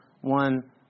one